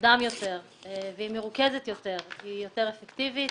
מוקדם יותר והיא מרוכזת יותר היא יותר אפקטיבית,